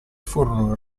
furono